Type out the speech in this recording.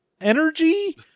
energy